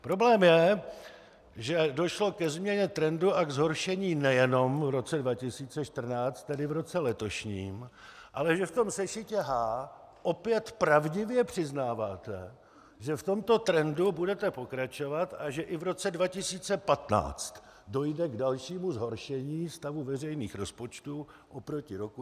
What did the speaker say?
Problém je, že došlo ke změně trendu a ke zhoršení nejenom v roce 2014, tedy v roce letošním, ale že v sešitě H opět pravdivě přiznáváte, že v tomto trendu budete pokračovat a že i v roce 2015 dojde k dalšímu zhoršení stavu veřejných rozpočtů oproti roku 2014.